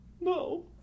No